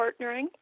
partnering